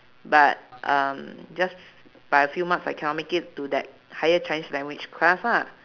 but um just by a few marks I cannot make it to that higher chinese language class ah